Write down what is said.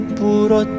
puro